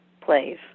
plays